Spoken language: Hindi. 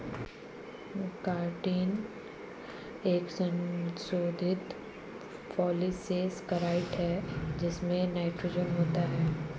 काइटिन एक संशोधित पॉलीसेकेराइड है जिसमें नाइट्रोजन होता है